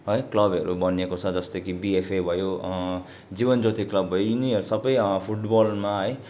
है क्लबहरू बनिएको छ जस्तै कि बिएफए भयो जीवन ज्योती क्लब भयो यिनीहरू सबै फुटबलमा है